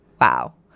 Wow